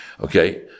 Okay